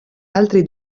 altri